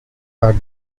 are